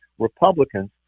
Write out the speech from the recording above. Republicans